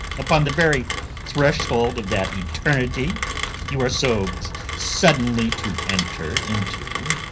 upon the very threshold of that eternity you are so suddenly to enter into?